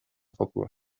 fokua